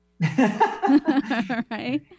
Right